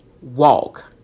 walk